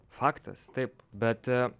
faktas taip bet